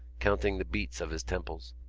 counting the beats of his temples.